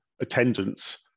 attendance